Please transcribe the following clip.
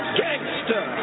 gangster